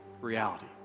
reality